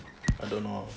I don't know